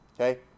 Okay